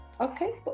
Okay